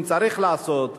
אם צריך לעשות,